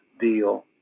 deal